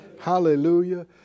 Hallelujah